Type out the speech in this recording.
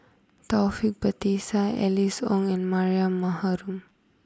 Taufik Batisah Alice Ong and Mariam